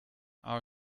our